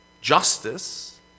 Justice